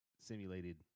simulated